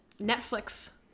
netflix